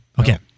Okay